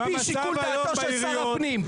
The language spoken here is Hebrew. על פי שיקול דעתו של שר הפנים,